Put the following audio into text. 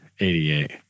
88